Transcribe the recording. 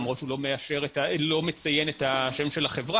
למרות שהוא לא מציין את השם של החברה,